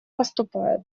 поступает